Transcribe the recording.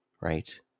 right